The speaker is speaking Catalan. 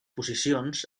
posicions